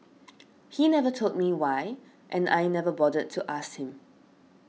he never told me why and I never bothered to ask him